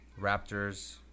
Raptors